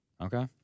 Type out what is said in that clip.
Okay